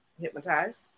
hypnotized